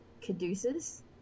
Caduceus